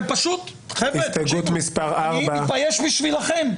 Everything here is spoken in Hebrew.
אתם פשוט, חבר'ה, תקשיבו, אני מתבייש בשבילכם.